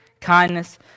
kindness